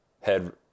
head